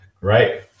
Right